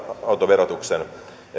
autoverotuksen